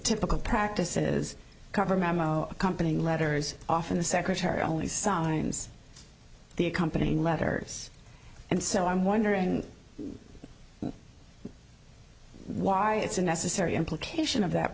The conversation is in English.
typical practice is cover memo accompanying letters often the secretary only signs the accompanying letters and so i'm wondering why it's a necessary implication of that